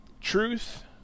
truth